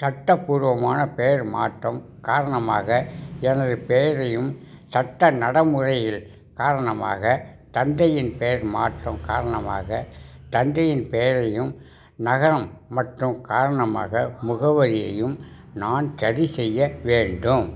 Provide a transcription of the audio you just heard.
சட்டபூர்வமான பெயர் மாற்றம் காரணமாக எனது பெயரையும் சட்ட நடைமுறைகள் காரணமாக தந்தையின் பெயர் மாற்றம் காரணமாக தந்தையின் பெயரையும் நகரம் மட்டும் காரணமாக முகவரியையும் நான் சரிசெய்ய வேண்டும்